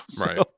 Right